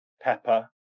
pepper